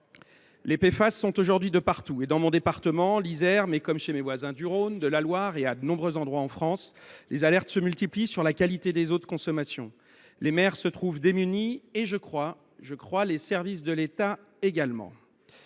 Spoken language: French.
Les PFAS sont partout, et dans mon département, l’Isère, comme chez mes voisins du Rhône, de la Loire et à de nombreux endroits en France, les alertes se multiplient sur la qualité des eaux de consommation. Les maires se trouvent démunis, ainsi que les services de l’État, je le